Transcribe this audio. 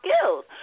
skills